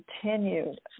continued